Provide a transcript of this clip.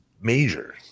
Major